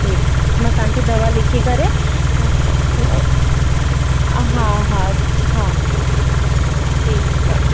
ठीकु आहे मां तव्हांखे दवा लिखी करे हा हा हा ठीकु आहे